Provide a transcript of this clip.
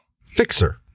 Fixer